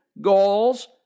goals